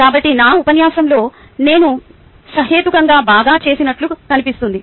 కాబట్టి నా ఉపన్యాసంలో నేను సహేతుకంగా బాగా చేసినట్లు కనిపిస్తోంది